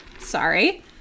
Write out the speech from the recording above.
Sorry